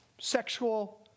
sexual